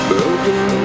Broken